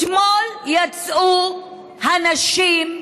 אתמול יצאו הנשים,